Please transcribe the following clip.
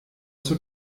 zur